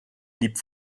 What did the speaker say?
blieb